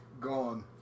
gone